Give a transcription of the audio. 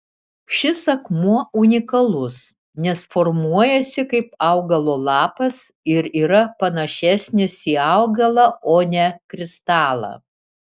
šis akmuo unikalus nes formuojasi kaip augalo lapas ir yra panašesnis į augalą o ne kristalą